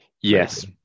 Yes